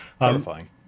Terrifying